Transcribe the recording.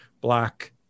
black